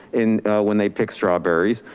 and when they pick strawberries,